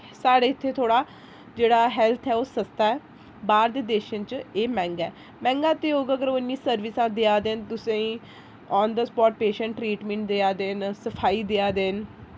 साढ़े इत्थै थोह्ड़ा जेह्ड़ा हैल्थ ऐ ओह् सस्ता ऐ बाह्र दे देशें च एह् मैंह्गा ऐ मैंह्गा ते होग अगर ओह् इन्नी सर्विसां देआ दे तुसें आन दा स्पाट पेशेंट ट्रीटमेंट दियां दे न सफाई देआ दे न